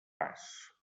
pas